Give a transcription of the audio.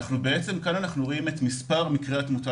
כאן אנחנו רואים את מספר מקרי התמותה